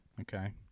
okay